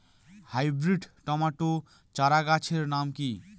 Hybrid tomato চারাগাছের নাম কি?